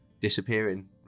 disappearing